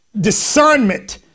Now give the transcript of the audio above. discernment